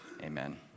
Amen